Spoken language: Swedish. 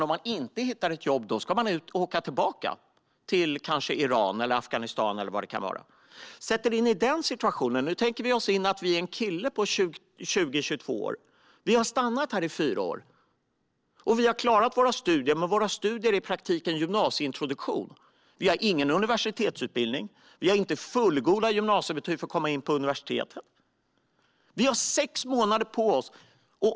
Om man inte hittar ett jobb ska man dock åka tillbaka till Iran eller Afghanistan eller vilket land det nu kan vara. Sätt er in i den situationen! Vi tänker oss att vi är en kille på 20-22 år. Vi har stannat här i fyra år och klarat våra studier, men våra studier är i praktiken gymnasieintroduktion. Vi har ingen universitetsutbildning, och vi har inte fullgoda gymnasiebetyg för att komma in på universitetet. Vi har sex månader på oss.